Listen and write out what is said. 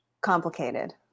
complicated